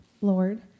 Lord